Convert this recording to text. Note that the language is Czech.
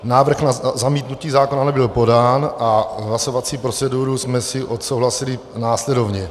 Návrh na zamítnutí zákona nebyl podán a hlasovací proceduru jsme si odsouhlasili následovně: